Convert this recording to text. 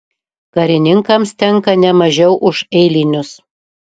karininkams tenka ne mažiau už eilinius